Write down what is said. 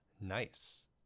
nice